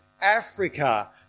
Africa